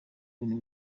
bintu